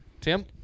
Tim